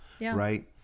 right